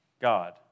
God